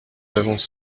avons